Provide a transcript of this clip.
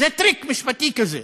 זה טריק משפטי כזה.